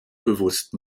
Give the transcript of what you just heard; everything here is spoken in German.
bewusst